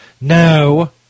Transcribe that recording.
No